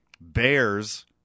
Bears